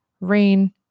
Rain